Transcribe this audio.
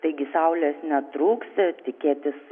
taigi saulės netrūks ir tikėtis